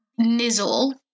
Nizzle